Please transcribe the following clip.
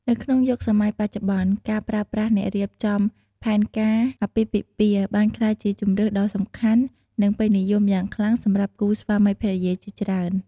នៅក្នុងយុគសម័យបច្ចុប្បន្ន ការប្រើប្រាស់អ្នករៀបចំផែនការអាពាហ៍ពិពាហ៍ បានក្លាយជាជម្រើសដ៏សំខាន់ និងពេញនិយមយ៉ាងខ្លាំងសម្រាប់គូស្វាមីភរិយាជាច្រើន។